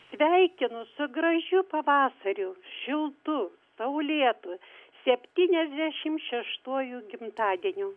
sveikinu su gražiu pavasariu šiltu saulėtu septyniasdešimt šeštuoju gimtadieniu